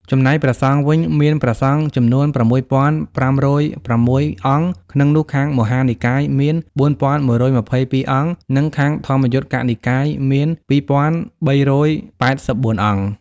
ចំណែក ព្រះសង្ឃវិញ មានព្រះសង្ឃចំនួន ៦៥០៦ អង្គ ក្នុងនោះខាងមហានិកាយ មាន ៦២៦៧៨ អង្គ និងខាងធម្មយុត្តិកនិកាយមាន ២៣៨៤ អង្គ។